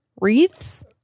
Wreaths